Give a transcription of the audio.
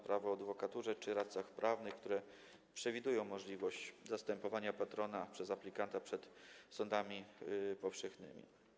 Prawo o adwokaturze czy ustawy o radcach prawnych, które przewidują możliwość zastępowania patrona przez aplikanta przed sądami powszechnymi.